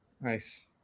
Nice